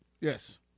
yes